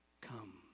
come